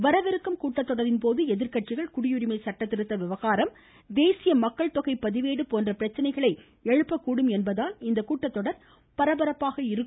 வரவிருக்கும் கூட்டத்தொடரின்போது எதிர்க்கட்சிகள் குடியுரிமை சட்ட திருத்த விவகாரம் தேசிய மக்கள்தொகை பதிவேடு போன்ற பிரச்சினைகளை எழுப்பக்கூடும் என்பதால் இந்த கூட்டத்தொடர் பரபரப்பாக இருக்கும்